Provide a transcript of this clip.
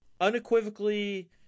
unequivocally